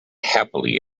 happily